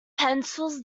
pencils